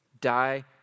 Die